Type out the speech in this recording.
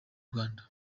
rwanda